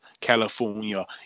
California